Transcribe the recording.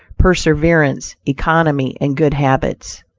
perseverance, economy and good habits.